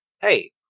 Hey